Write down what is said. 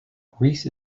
greece